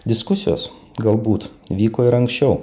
diskusijos galbūt vyko ir anksčiau